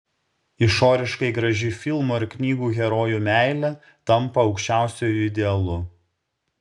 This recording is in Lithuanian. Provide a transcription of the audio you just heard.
išoriškai graži filmų ar knygų herojų meilė tampa aukščiausiuoju idealu